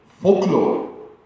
folklore